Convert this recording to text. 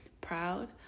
proud